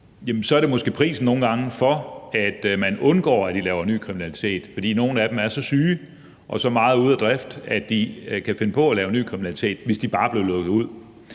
så er det måske prisen nogle gange for, at man undgår, at de laver ny kriminalitet, for nogle af dem er så syge og så meget ude af drift, at de kan finde på at lave ny kriminalitet, hvis de bare blev lukket ud.